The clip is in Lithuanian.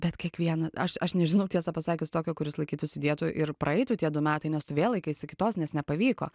bet kiekvieną aš aš nežinau tiesą pasakius tokio kuris laikytųsi dietų ir praeitų tie du metai nes tu vėl laikaisi kitos nes nepavyko